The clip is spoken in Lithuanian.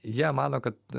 jie mano kad